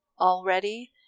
already